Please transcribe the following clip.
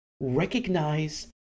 recognize